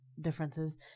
differences